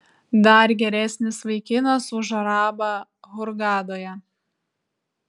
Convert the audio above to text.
dar geresnis vaikinas už arabą hurgadoje